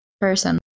person